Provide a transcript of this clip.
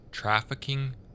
Trafficking